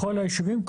בכל היישובים.